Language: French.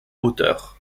hauteur